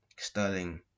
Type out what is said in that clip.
Sterling